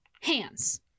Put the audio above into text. hands